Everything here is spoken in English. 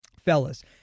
fellas